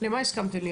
למה הסכמם לי?